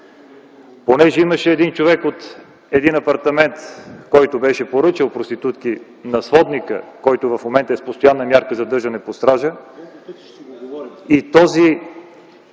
Понеже имаше един човек от един апартамент, който беше поръчал проститутки на сводника, който в момента е с постоянна мярка задържане под стража (реплики